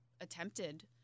attempted